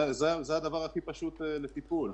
זה הדבר הכי פשוט לטיפול.